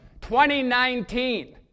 2019